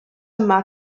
yma